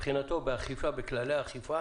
מבחינתו בכללי האכיפה